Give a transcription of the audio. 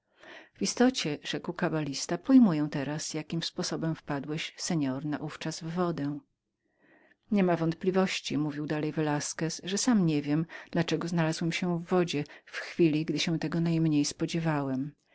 w istocie rzekł kabalista pojmuję teraz jakim sposobem wpadłeś pan na ówczas w wodę nie ma wątpliwości mówił dalej velasquez że sam niewiem dla czego znalazłem się w wodzie w chwili gdy się tego najmniej spodziewałem